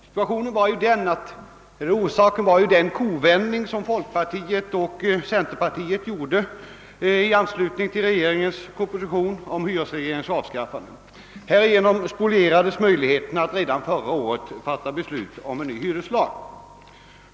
Orsaken till tillbakadragandet var ju den kovändning som folkpartiet och centerpartiet gjorde i anslutning till behandlingen av regeringens proposition om hyresregleringens avskaffande. Härigenom spolierades möjligheterna att redan förra året fatta beslut om en ny hyreslag.